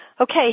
okay